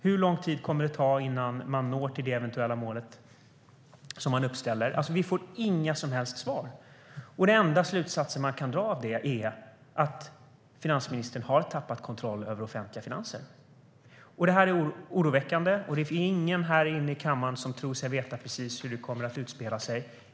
Hur lång tid kommer det att ta innan man når det eventuella mål man uppställer? Vi får inga som helst svar. Den enda slutsats man kan dra av det är att finansministern har tappat kontrollen över de offentliga finanserna. Det är oroväckande, och det är ingen härinne i kammaren som tror sig veta precis hur det kommer att utspela sig.